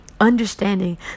Understanding